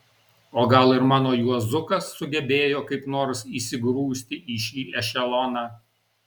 o gal ir mano juozukas sugebėjo kaip nors įsigrūsti į šį ešeloną